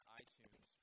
iTunes